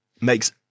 makes